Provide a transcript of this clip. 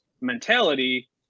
mentality